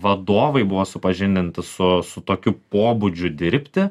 vadovai buvo supažindinti su su tokiu pobūdžiu dirbti